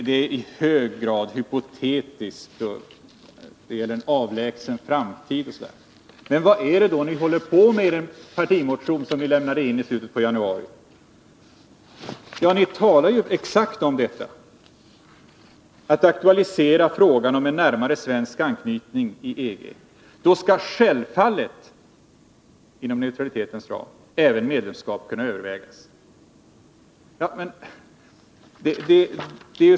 Det gäller en ”högst hypotetisk och mycket avlägsen framtid”. Men vad håller ni då på medi den partimotion som väcktes i slutet av januari? Ni talar ju exakt om detta, nämligen att aktualisera frågan om en närmare svensk anknytning till EG. Då skall ”självfallet” — inom neutralitetens ram — även ett medlemskap kunna övervägas.